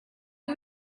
you